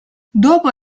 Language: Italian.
dopo